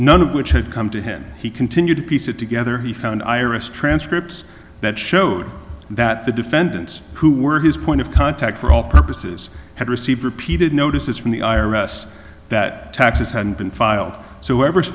none of which had come to him he continued to piece it together he found iris transcripts that showed that the defendants who were his point of contact for all purposes had received repeated notices from the i r s that taxes hadn't been filed so